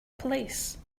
police